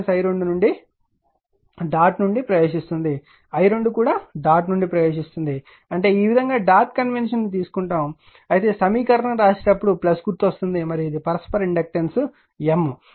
కాబట్టి i1 i2 dot నుండి ప్రవేశిస్తుంది i2 కూడా డాట్నుండి ప్రవేశిస్తుంది అంటే ఈ విధంగా డాట్ కన్వెన్షన్ ను తీసుకుంటాము అయితే సమీకరణం రాసేటప్పుడు గుర్తు వస్తుంది మరియు ఇది పరస్పర ఇండక్టెన్స్ M